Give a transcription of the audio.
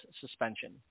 suspension